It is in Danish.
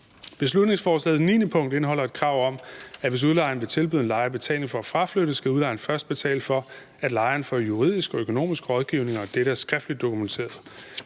Beslutningsforslagets 9. punkt indeholder et krav om, at hvis udlejeren vil tilbyde en lejer betaling for at fraflytte, skal udlejeren først betale for, at lejeren får juridisk og økonomisk rådgivning, og at dette er skriftligt dokumenteret.